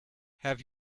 have